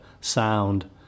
sound